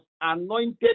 anointed